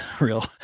real